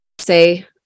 say